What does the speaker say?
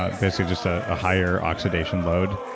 ah basically, just a ah higher oxidation load,